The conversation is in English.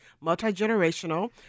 multi-generational